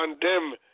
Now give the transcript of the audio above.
condemn